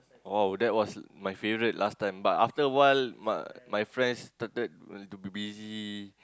oh that was my favourite last time but after awhile my my friends started to be busy